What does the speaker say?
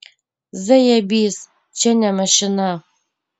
zajebys čia ne mašina